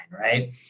Right